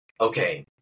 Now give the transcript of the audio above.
Okay